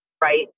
right